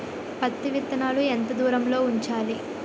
పత్తి విత్తనాలు ఎంత దూరంలో ఉంచాలి?